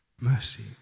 mercy